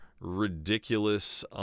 ridiculous